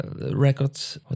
records